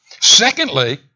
Secondly